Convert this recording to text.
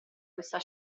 questa